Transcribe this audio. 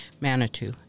Manitou